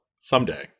Someday